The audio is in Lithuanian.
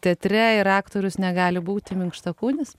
teatre ir aktorius negali būti minkštakūnis